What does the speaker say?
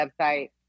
website